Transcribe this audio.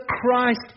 Christ